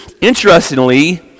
interestingly